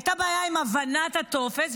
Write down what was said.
הייתה בעיה עם הבנת הטופס,